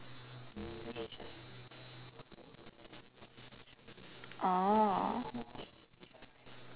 orh